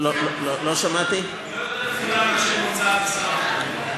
לא יותר כפולה מאשר מול צה"ל ושר הביטחון.